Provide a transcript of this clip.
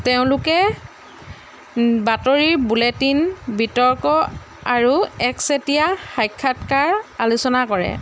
তেওঁলোকে বাতৰি বুলেটিন বিতৰ্ক আৰু একচেটীয়া সাক্ষাৎকাৰ আলোচনা কৰে